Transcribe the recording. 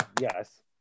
Yes